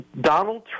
Donald